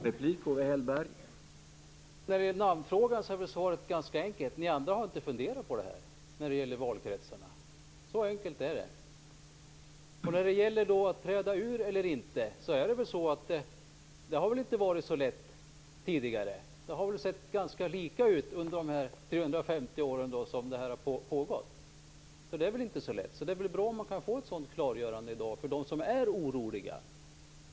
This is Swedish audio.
Herr talman! När det gäller namnfrågan är svaret ganska enkelt. Ni har inte funderat på den frågan när det gäller valkretsarna. Så enkelt är det. Det har tidigare inte varit så lätt att kunna träda ut eller inte. Det har sett ganska lika ut under de 350 år som detta har funnits. Det är väl bra om det går att få ett klargörande i dag för dem som är oroliga.